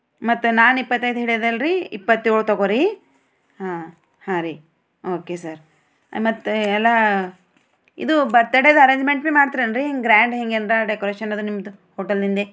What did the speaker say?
ಮತ್ತೆ ನಾನ್ ಇಪ್ಪತ್ತೈದು ಹೇಳಿದೆ ಅಲ್ಲಾ ರಿ ಇಪ್ಪತ್ತೇಳು ತೊಗೊ ರಿ ಹಾಂ ಹಾಂ ರಿ ಓಕೇ ಸರ್ ಮತ್ತೆ ಎಲ್ಲ ಇದು ಬರ್ತಡೇದು ಅರೆಂಜ್ಮೆಂಟ್ ಭೀ ಮಾಡ್ತಿರಲ್ಲಾ ರಿ ಗ್ರಾಂಡ್ ಹೆಂಗಿಂದ ಡೆಕೋರೇಷನ್ ಅದ ನಿಮ್ಮದು ಹೊಟೇಲಿಂದಿ